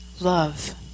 Love